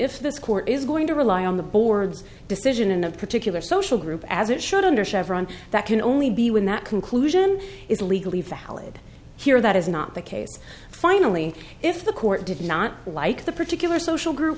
if this court is going to rely on the board's decision in a particular social group as it should under chevron that can only be when that conclusion is legally valid here that is not the case finally if the court did not like the particular social group